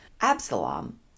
Absalom